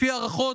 לפי הערכות,